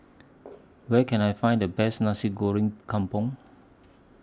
Where Can I Find The Best Nasi Goreng Kampung